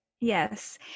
Yes